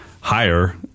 higher